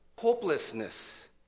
hopelessness